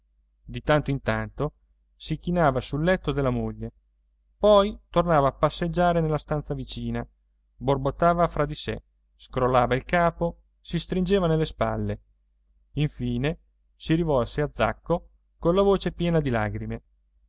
di tanto in tanto si chinava sul letto della moglie poi tornava a passeggiare nella stanza vicina borbottava fra di sè scrollava il capo si stringeva nelle spalle infine si rivolse a zacco colla voce piena di lagrime